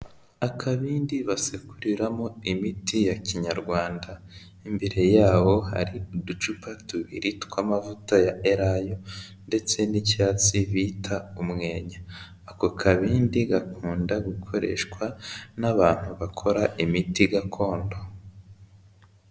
Akabindi basekuriramo imiti ya kinyarwanda, imbere yaho hari uducupa tubiri tw'amavuta ya erayo ndetse n'icyatsi bita umwenya, ako kabindi gakunda gukoreshwa n'abantu bakora imiti gakondo.